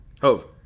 Hove